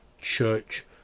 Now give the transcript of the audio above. church